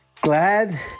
glad